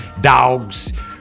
Dogs